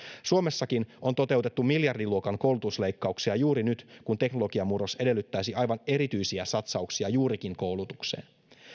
suomessakin on toteutettu miljardiluokan koulutusleikkauksia juuri nyt kun teknologian murros edellyttäisi aivan erityisiä satsauksia juurikin koulutukseen